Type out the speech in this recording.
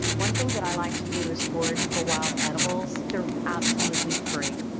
one thing that i like to do is forage for wild edibles. they're absolutely free.